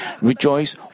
rejoice